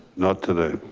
not today.